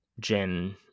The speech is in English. Jen